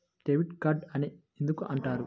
Debit card అని ఎందుకు అంటారు?